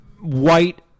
white